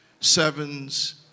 sevens